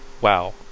Wow